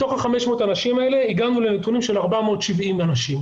מתוך 500 האנשים האלה הגענו לנתונים של 470 אנשים,